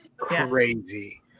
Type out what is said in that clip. Crazy